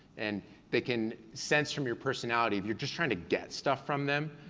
and they can sense from your personality if you're just trying to get stuff from them.